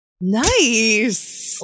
Nice